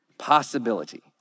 Possibility